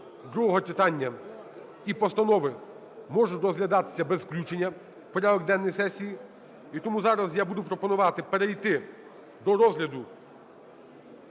другого читання і постанови можуть розглядатися без включення в порядок денний сесії. І тому зараз я буду пропонувати перейти до розгляду